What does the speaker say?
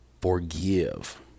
forgive